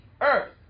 earth